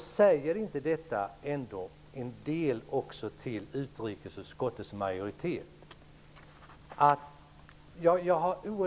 Säger inte detta en del också till utrikesutskottets majoritet?